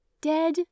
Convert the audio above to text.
dead